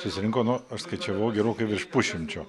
susirinko nu aš skaičiavau gerokai virš pusšimčio